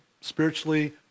spiritually